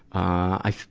i,